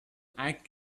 act